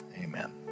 amen